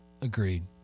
Agreed